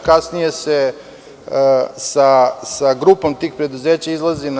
Kasnije se sa grupom tihi preduzeća izlazi